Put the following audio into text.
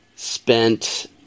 spent